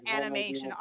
animation